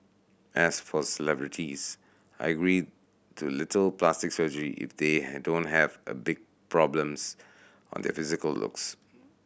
as for celebrities I agree to little plastic surgery if they had don't have a big problems on their physical looks